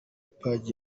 paji